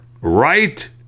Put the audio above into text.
Right